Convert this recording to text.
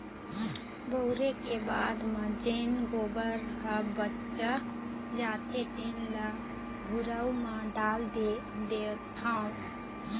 बउरे के बाद म जेन गोबर ह बाच जाथे तेन ल घुरूवा म डाल देथँव